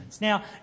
Now